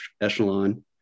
echelon